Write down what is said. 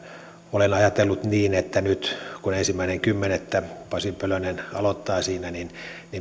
olen ajatellut niin että nyt kun ensimmäinen kymmenettä pasi pölönen aloittaa siinä